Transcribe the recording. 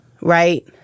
right